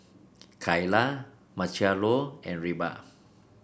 Kaila Marcelo and Reba